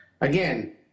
Again